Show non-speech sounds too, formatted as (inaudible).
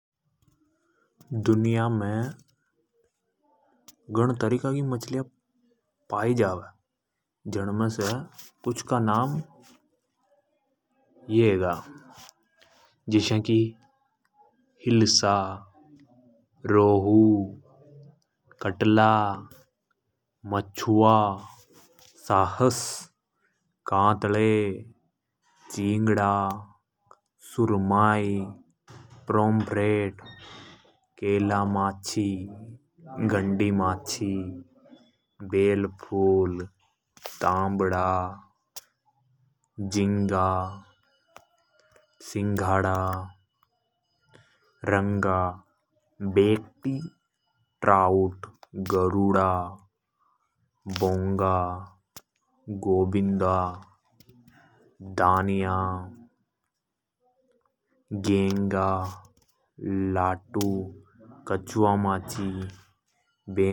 दुनिया मे घण तरीका की मछल्या पाई जावे। जण मे से कुछ का (noise) नाम यह हेगा। जस्या की हिल्सा, रोहु, कटला। मछुआ, साहस, कात्ले, चिंगडा, सूरमाई। प्रोमफ्रेट, केलामची, गंडिमाची, (noise) बेलफूल। ताम्डा, झींगा, सिंघाडा, बेकटि, ट्राउठ। गरुडा, बॉनगा, गोबिंदा, दनिया, गेंगा, लाटु, (noise) कछुआमाची।